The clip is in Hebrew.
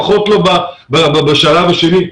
לפחות לא בשלב השני,